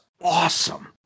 awesome